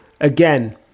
Again